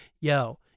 yo